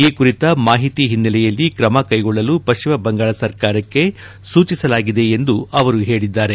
ಈ ಕುರಿತ ಮಾಹಿತಿ ಹಿನ್ನೆಲೆಯಲ್ಲಿ ತ್ರಮ ಕೈಗೊಳ್ಳಲು ಪಶ್ಚಿಮ ಬಂಗಾಳ ಸರ್ಕಾರಕ್ಕೆ ಸೂಚಿಸಲಾಗಿದೆ ಎಂದು ಅವರು ತಿಳಿಸಿದ್ದಾರೆ